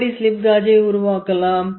எப்படி ஸ்லிப் காஜை உருவாக்கலாம்